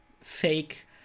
fake